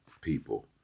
people